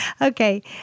Okay